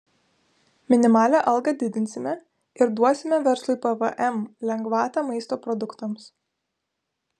minimalią algą didinsime ir duosime verslui pvm lengvatą maisto produktams